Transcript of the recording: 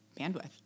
bandwidth